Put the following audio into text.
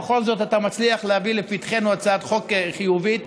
בכל זאת אתה מצליח להביא לפתחנו הצעת חוק חיובית,